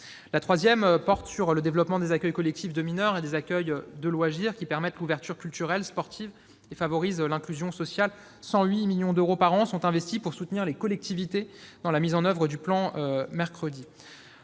La troisième a trait au développement des accueils collectifs de mineurs et des accueils de loisirs, qui permettent l'ouverture culturelle, sportive, et favorise l'inclusion sociale. Ce sont 108 millions d'euros par an qui seront investis pour soutenir les collectivités dans la mise en oeuvre du plan Mercredi.